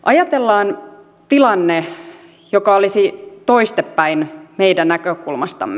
ajatellaan tilanne joka olisi toistepäin meidän näkökulmastamme